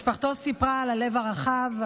משפחתו סיפרה על הלב הרחב,